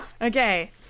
Okay